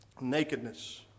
nakedness